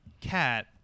Cat